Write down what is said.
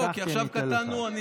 לא, כי עכשיו קטענו.